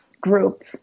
group